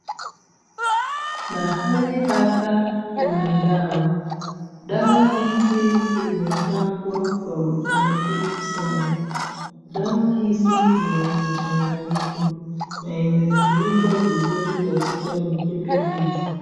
Mahali hapa kuna dawa. Dawa hizi zimepangwa kwa utaratibu sana. Dawa hizi ni ya mchanganyiko na imefunikwa vizuri katika mikebe hizi.